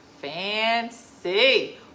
fancy